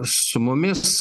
su mumis